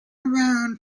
around